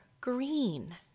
green